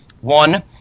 One